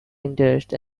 interests